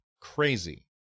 crazy